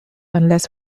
unless